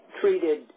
treated